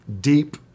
deep